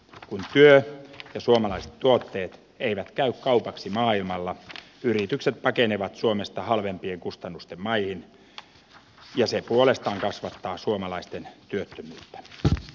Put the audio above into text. kun työ ja suomalaiset tuotteet eivät käy kaupaksi maailmalla yritykset pakenevat suomesta halvempien kustannusten maihin ja se puolestaan kasvattaa suomalaisten työttömyyttä